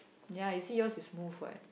ya you see yours is smooth what